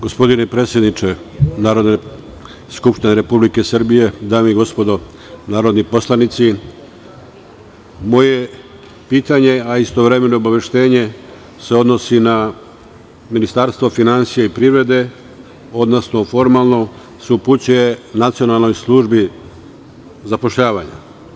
Gospodine predsedniče Narodne skupštine Republike Srbije, dame i gospodo narodni poslanici, moje pitanje, a istovremeno obaveštenje, se odnosi na Ministarstvo finansija i privrede, odnosno formalno se upućuje Nacionalnoj službi zapošljavanja.